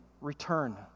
return